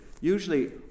usually